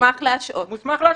מוסמך להשעות.